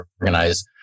organize